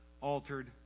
altered